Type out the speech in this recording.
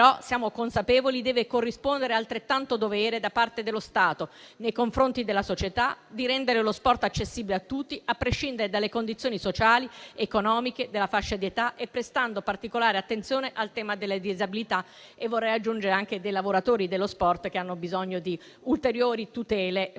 però consapevoli che deve corrispondere allo stesso modo un dovere da parte dello Stato nei confronti della società, quello di rendere lo sport accessibile a tutti, a prescindere dalle condizioni sociali ed economiche e dalla fascia d'età, prestando particolare attenzione al tema delle disabilità e - vorrei aggiungere - anche dei lavoratori dello sport, che hanno bisogno di ulteriori tutele, perché